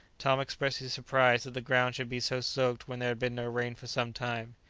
tom expressed his surprise that the ground should be so soaked when there had been no rain for some time.